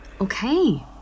Okay